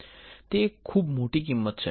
તે એક ખુબ મોટી કિંમત છે